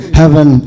heaven